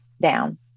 down